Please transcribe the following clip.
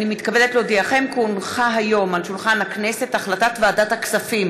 אני מתכבדת להודיעכם כי הונחה היום על שולחן הכנסת הצעת ועדת הכספים